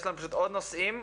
יש לנו עוד נושאים.